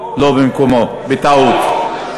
לא במקומו, בטעות.